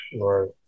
Right